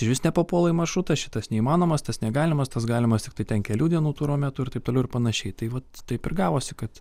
išvis nepapuola į maršrutą šitas neįmanomas tas negalimas tas galimas tiktai ten kelių dienų turo metu ir taip toliau ir panašiai tai vat taip ir gavosi kad